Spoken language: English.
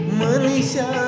manisha